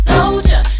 Soldier